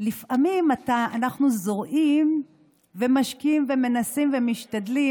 לפעמים אנחנו זורעים ומשקים ומשתדלים,